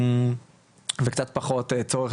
וקצת פחות צורך